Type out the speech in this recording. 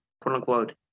quote-unquote